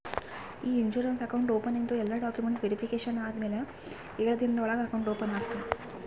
E insurance account ಓಪನಿಂಗ್ದು ಎಲ್ಲಾ documents verification ಆದಮ್ಯಾಲ ಎಳು ದಿನದ ಒಳಗ ಅಕೌಂಟ್ ಓಪನ್ ಆಗ್ತದ